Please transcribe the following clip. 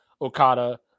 Okada